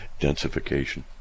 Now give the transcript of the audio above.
Densification